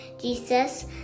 jesus